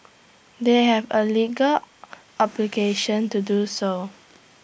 they have A legal obligation to do so